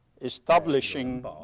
establishing